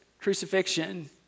crucifixion